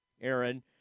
Aaron